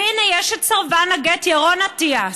והינה, יש את סרבן הגט ירון אטיאס,